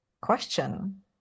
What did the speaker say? question